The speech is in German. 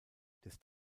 des